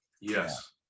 yes